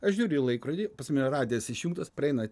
aš žiūriu į laikrodį pas mane radijas išjungtas praeina